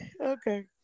Okay